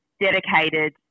dedicated